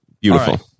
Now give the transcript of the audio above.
Beautiful